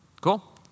Cool